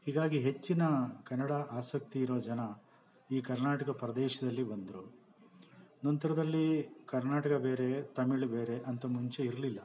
ಹೀಗಾಗಿ ಹೆಚ್ಚಿನ ಕನ್ನಡ ಆಸಕ್ತಿ ಇರೋ ಜನ ಈ ಕರ್ನಾಟಕ ಪ್ರದೇಶದಲ್ಲಿ ಬಂದರು ನಂತರದಲ್ಲಿ ಕರ್ನಾಟಕ ಬೇರೆ ತಮಿಳು ಬೇರೆ ಅಂತ ಮುಂಚೆ ಇರಲಿಲ್ಲ